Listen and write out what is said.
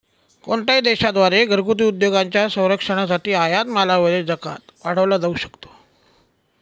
कोणत्याही देशा द्वारे घरगुती उद्योगांच्या संरक्षणासाठी आयात मालावरील जकात वाढवला जाऊ शकतो